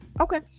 Okay